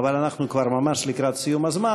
אבל אנחנו לקראת סיום הזמן,